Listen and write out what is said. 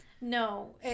No